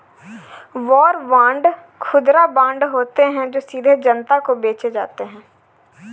war bond खुदरा bond होते हैं जो सीधे जनता को बेचे जाते हैं